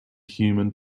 human